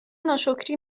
ناشکری